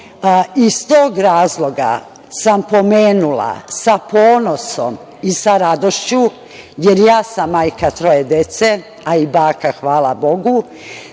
tog razloga sam pomenula, sa ponosom i sa radošću, jer ja sam majka troje dece, a i baka, hvala Bogu